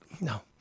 No